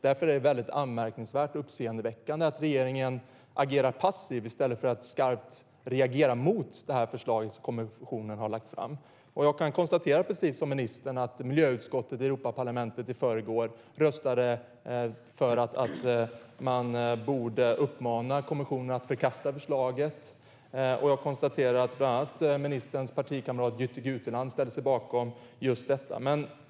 Därför är det anmärkningsvärt och uppseendeväckande att regeringen håller sig passiv i stället för att skarpt reagera mot förslaget som kommissionen har lagt fram. Jag kan konstatera, precis som ministern, att miljöutskottet i Europaparlamentet i förrgår röstade för att uppmana kommissionen att förkasta förslaget. Och jag konstaterar att bland andra ministerns partikamrat Jytte Guteland ställer sig bakom just detta.